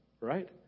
right